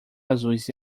azuis